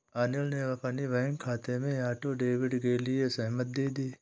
अनिल ने अपने बैंक खाते में ऑटो डेबिट के लिए सहमति दे दी